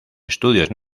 estudios